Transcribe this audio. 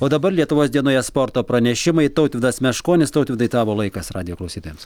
o dabar lietuvos dienoje sporto pranešimai tautvydas meškonis tautvydai tavo laikas radijo klausytojams